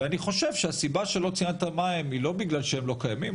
ואני חושב שהסיבה שלא ציינת מה הם היא לא בגלל שהם לא קיימים,